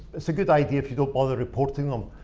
it's a good idea if you don't bother reporting them.